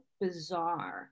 bizarre